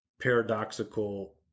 paradoxical